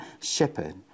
shepherd